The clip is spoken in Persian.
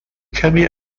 کمی